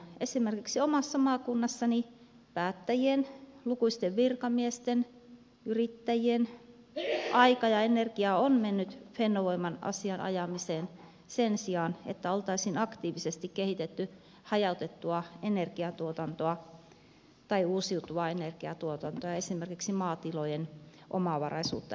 esimerkiksi omassa maakunnassani päättäjien lukuisten virkamiesten yrittäjien aika ja energia on mennyt fennovoiman asian ajamiseen sen sijaan että oltaisiin aktiivisesti kehitetty hajautettua energiatuotantoa tai uusiutuvaa energiatuotantoa esimerkiksi maatilojen omavaraisuutta energian suhteen